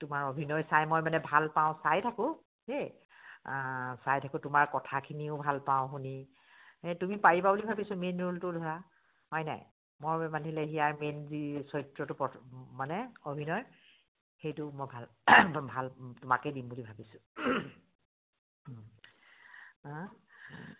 তোমাৰ অভিনয় চাই মই মানে ভাল পাওঁ চাই থাকোঁ দেই চাই থাকোঁ তোমাৰ কথাখিনিও ভাল পাওঁ শুনি সেই তুমি পাৰিবা বুলি ভাবিছোঁ মেইন ৰোলটো ধৰা হয়নে মৰমে বান্ধিলে হিয়াৰ মেইন যি চৰিত্ৰটো প মানে অভিনয় সেইটো মই ভাল ভাল তোমাকেই দিম বুলি ভাবিছোঁ